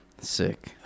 Sick